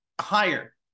higher